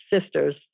sisters